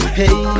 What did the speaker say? hey